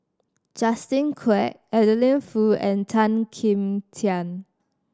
Justin Quek Adeline Foo and Tan Kim Tian